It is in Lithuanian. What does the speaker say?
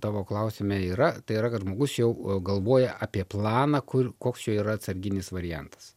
tavo klausime yra tai yra kad žmogus jau galvoja apie planą kur koks jo yra atsarginis variantas